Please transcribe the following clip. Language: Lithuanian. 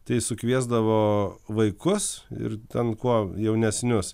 tai sukviesdavo vaikus ir ten kuo jaunesnius